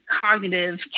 cognitive